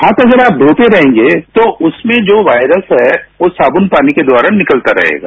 हाथ अगर आप धोते रहेंगे तो उसमें जो वॉयरस है वो साबुन पानी के द्वारा निकलता रहेगा